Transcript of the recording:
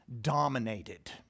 dominated